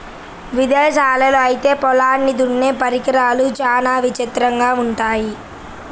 ఇదేశాల్లో ఐతే పొలాల్ని దున్నే పరికరాలు చానా విచిత్రంగా ఉంటయ్యంట